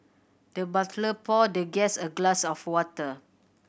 the butler poured the guest a glass of water